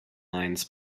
lines